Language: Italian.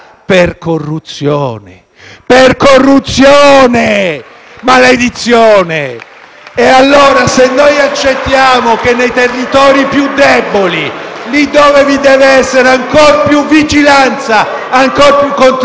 *dal Gruppo FI-BP)*. Se allora noi accettiamo che nei territori più deboli, lì dove vi deve essere ancor più vigilanza, ancor più controllo, ancor più trasparenza,